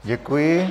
Děkuji.